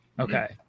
Okay